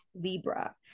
Libra